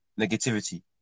negativity